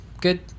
Good